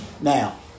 Now